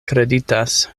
kreditas